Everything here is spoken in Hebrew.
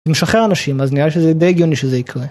משחרר אנשים אז נראה שזה די הגיוני שזה יקרה.